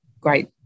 great